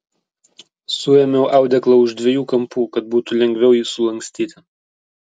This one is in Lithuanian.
suėmiau audeklą už dviejų kampų kad būtų lengviau jį sulankstyti